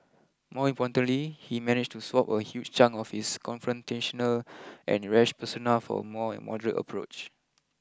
more importantly he managed to swap a huge chunk of his confrontational and rash persona for a more moderate approach